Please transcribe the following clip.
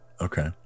Okay